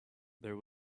there